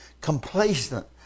complacent